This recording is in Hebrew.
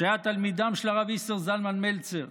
שהיה תלמידם של הרב איסר זלמן מלצר,